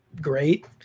great